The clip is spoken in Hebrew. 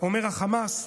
אומר החמאס,